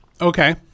Okay